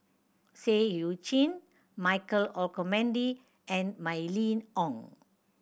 Seah Eu Chin Michael Olcomendy and Mylene Ong